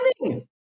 winning